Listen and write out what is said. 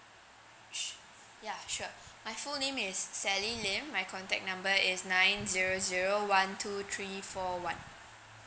su~ ya sure my full name is sally lim my contact number is nine zero zero one two three four one